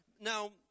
Now